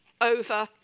over